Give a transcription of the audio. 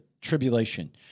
tribulation